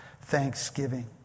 Thanksgiving